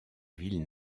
ville